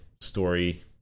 story